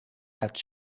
uit